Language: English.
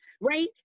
right